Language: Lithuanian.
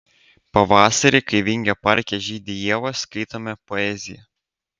pavasarį kai vingio parke žydi ievos skaitome poeziją